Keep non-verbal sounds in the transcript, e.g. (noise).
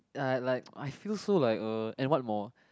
ya like (noise) I feel so like err and what more